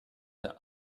der